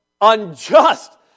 unjust